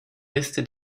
liste